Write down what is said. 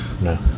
No